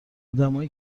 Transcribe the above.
ادمایی